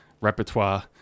repertoire